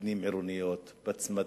פנים-עירוניות, בצמתים,